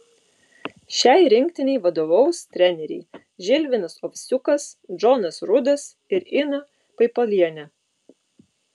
šiai rinktinei vadovaus treneriai žilvinas ovsiukas džonas rudas ir ina paipalienė